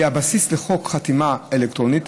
שהיא הבסיס לחוק חתימה אלקטרונית,